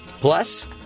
Plus